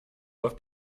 auf